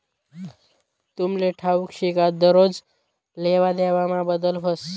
तुमले ठाऊक शे का दरोज लेवादेवामा बदल व्हस